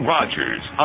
Rogers